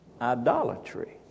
idolatry